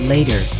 Later